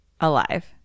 Alive